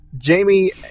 Jamie